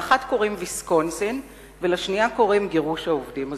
לאחת קוראים "ויסקונסין" ולשנייה קוראים "גירוש העובדים הזרים".